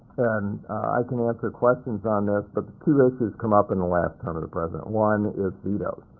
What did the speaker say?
and i can answer questions on this, but two issues come up in the last term of the president. one is vetoes.